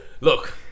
Look